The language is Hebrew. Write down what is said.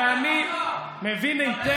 ואני מבין היטב.